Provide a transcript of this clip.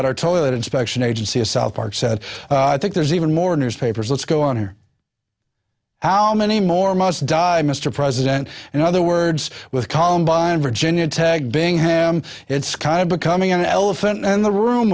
at our total inspection agency of south park said i think there's even more newspapers let's go on here how many more must die mr president and other words with columbine virginia tech being ham it's kind of becoming an elephant in the room